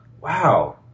wow